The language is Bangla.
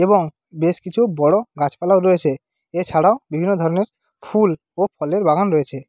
এবং বেশ কিছু বড়ো গাছপালাও রয়েছে এছাড়াও বিভিন্ন ধরণের ফুল ও ফলের বাগান রয়েছে